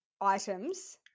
Items